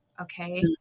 Okay